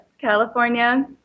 California